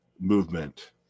movement